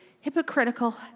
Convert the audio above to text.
hypocritical